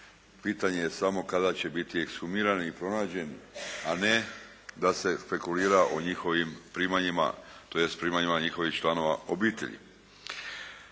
pitanje je samo kada će biti ekshumirani i pronađeni, a ne da se špekulira o njihovim primanjima, tj. primanjima njihovih članova obitelji.